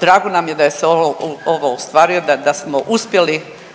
drago nam je da je se ovo ostvario, da smo uspjeli,